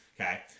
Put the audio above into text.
okay